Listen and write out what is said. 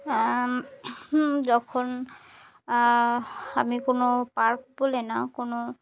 যখন আমি কোনো পার্ক বলে না কোনো